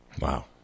Wow